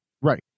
right